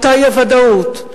אותה האי-ודאות,